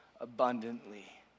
abundantly